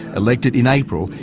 elected in april,